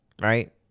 Right